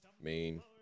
main